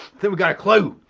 think we got a clue!